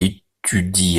étudie